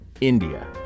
India